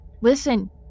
listen